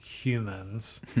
Humans